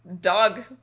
dog